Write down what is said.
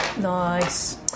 nice